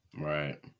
Right